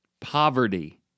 poverty